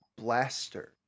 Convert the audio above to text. blaster